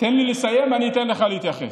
תן לי לסיים ואני אתן לך להתייחס.